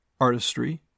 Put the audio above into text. artistry